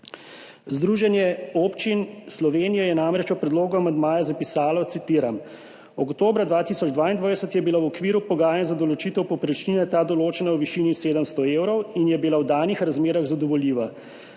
Združenje občin Slovenije je namreč v predlogu amandmaja zapisalo, citiram: »Oktobra 2022 je bila v okviru pogajanj za določitev povprečnine ta določena v višini 700 evrov in je bila v danih razmerah zadovoljiva,